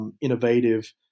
innovative